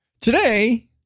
today